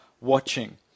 watching